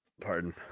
Pardon